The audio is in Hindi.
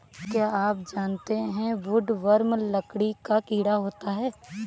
क्या आप जानते है वुडवर्म लकड़ी का कीड़ा होता है?